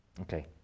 Okay